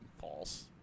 false